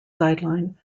sideline